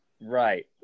Right